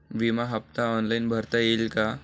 विमा हफ्ता ऑनलाईन भरता येईल का?